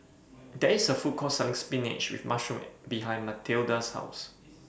There IS A Food Court Selling Spinach with Mushroom behind Mathilda's House